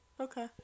Okay